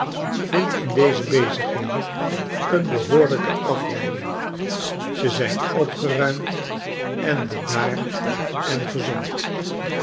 vindt in deze bezigheden een behoorlijke afleiding ze zijn opgeruimd bedaard en gezond